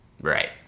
Right